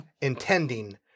intending